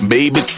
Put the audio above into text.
Baby